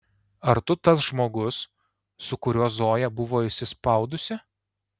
ar tu tas žmogus su kuriuo zoja buvo įsispaudusi